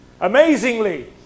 Amazingly